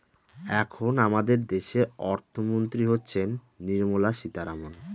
এখন আমাদের দেশের অর্থমন্ত্রী হচ্ছেন নির্মলা সীতারামন